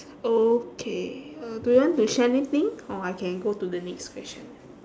okay uh do you want to share anything or I can go to the next question